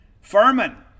Furman